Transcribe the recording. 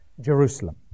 Jerusalem